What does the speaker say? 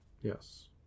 Yes